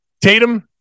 Tatum